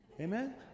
Amen